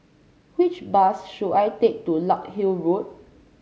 which bus should I take to Larkhill Road